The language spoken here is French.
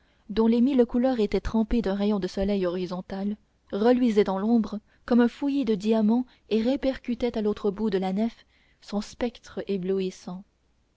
dont les mille couleurs étaient trempées d'un rayon de soleil horizontal reluisait dans l'ombre comme un fouillis de diamants et répercutait à l'autre bout de la nef son spectre